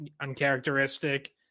uncharacteristic